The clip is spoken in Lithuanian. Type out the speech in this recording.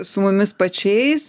su mumis pačiais